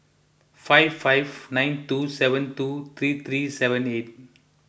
five five nine two seven two three three seven eight